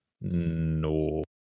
No